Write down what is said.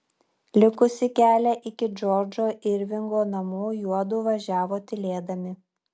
likusį kelią iki džordžo irvingo namų juodu važiavo tylėdami